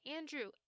Andrew